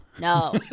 no